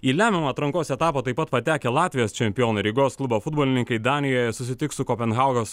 į lemiamą atrankos etapą taip pat patekę latvijos čempionai rygos klubo futbolininkai danijoje susitiks su kopenhagos